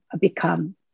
become